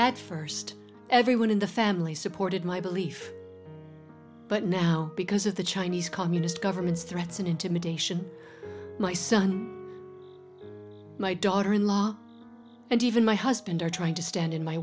at first everyone in the family supported my belief but now because of the chinese communist governments threats and intimidation my son my daughter in law and even my husband are trying to stand in my